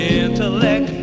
intellect